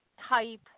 type